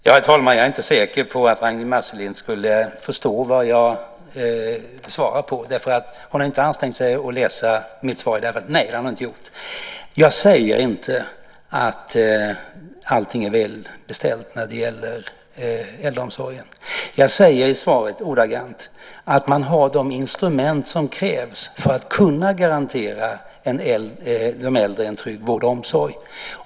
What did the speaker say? Herr talman! Jag är inte säker på att Ragnwi Marcelind skulle förstå vad jag svarar på, därför att hon har inte ansträngt sig att läsa mitt svar. Jag säger inte att allting är välbeställt när det gäller äldreomsorgen. Jag säger i svaret att man "har de instrument som krävs för att kunna garantera äldre en trygg vård och omsorg".